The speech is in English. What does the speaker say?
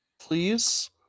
Please